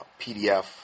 PDF